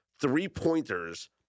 three-pointers